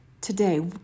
today